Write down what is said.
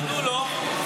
ענו לו --- נו.